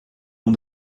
non